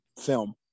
film